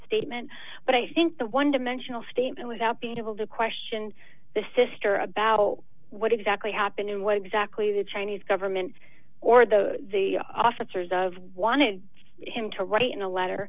statement but i think the one dimensional statement without being able to question the sister about what exactly happened and what exactly the chinese government or the officers of wanted him to write in a letter